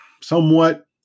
somewhat